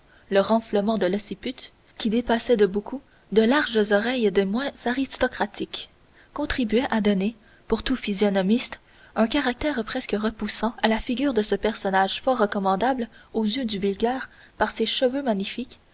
le renflement de l'occiput qui dépassait de beaucoup de larges oreilles des moins aristocratiques contribuaient à donner pour tout physionomiste un caractère presque repoussant à la figure de ce personnage fort recommandable aux yeux du vulgaire par ses chevaux magnifiques